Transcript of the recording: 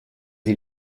sie